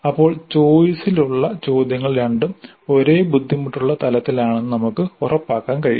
അപ്പോൾ ചോയിസിലുള്ള ചോദ്യങ്ങൾ രണ്ടും ഒരേ ബുദ്ധിമുട്ടുള്ള തലത്തിലാണെന്ന് നമുക്ക് ഉറപ്പാക്കാൻ കഴിയും